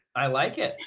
i like it.